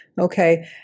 Okay